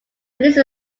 release